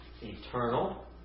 Eternal